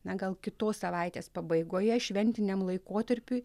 na gal kitos savaitės pabaigoje šventiniam laikotarpiui